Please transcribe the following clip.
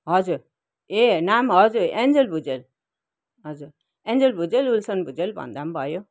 हजुर ए नाम हजुर एन्जेल भुजेल हजुर एन्जेल भुजेल विल्सन भुजेल भन्दा पनि भयो